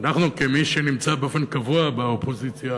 ואנחנו, כמי שנמצאים באופן קבוע באופוזיציה,